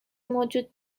موجود